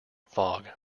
fog